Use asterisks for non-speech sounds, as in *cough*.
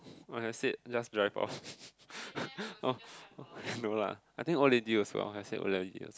when I said just drive off *laughs* no lah I think old lady also I say old lady